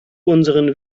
unseren